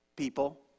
people